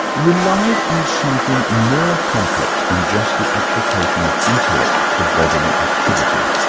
relies on something more complex than just the application of intellect to bodily activity.